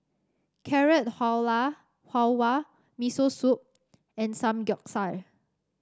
Carrot Halwa Miso Soup and Samgeyopsal